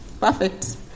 perfect